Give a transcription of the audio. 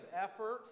effort